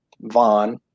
Vaughn